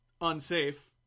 unsafe